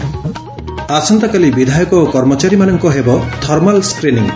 ଆସନ୍ତାକାଲି ବିଧାୟକ ଓ କର୍ମଚାରୀମାନଙ୍କ ହେବ ଥର୍ମାଲ୍ ସ୍କ୍ରିନିଂ